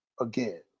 Again